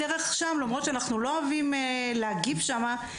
למרות שאנחנו לא אוהבים להגיב ברשתות החברתיות.